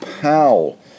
Powell